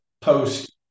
post